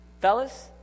Fellas